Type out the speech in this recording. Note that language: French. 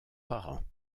parents